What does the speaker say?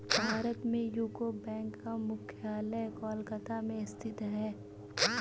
भारत में यूको बैंक का मुख्यालय कोलकाता में स्थित है